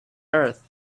earth